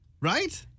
right